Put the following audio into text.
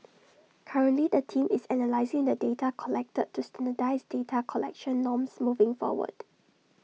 currently the team is analysing the data collected to standardise data collection norms moving forward